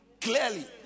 clearly